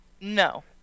No